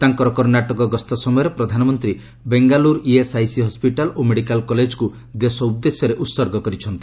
ତାଙ୍କର କର୍ଷାଟକ ଗସ୍ତ ସମୟରେ ପ୍ରଧାନମନ୍ତ୍ରୀ ବେଙ୍ଗାଲୁରୁ ଇଏସ୍ଆଇସି ହସ୍କିଟାଲ୍ ଓ ମେଡିକାଲ୍ କଲେଜ୍କୁ ଦେଶ ଉଦ୍ଦେଶ୍ୟରେ ଉତ୍ଗର୍ଚ କରିଛନ୍ତି